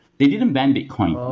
they didn't ban bitcoin. um